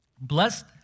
Blessed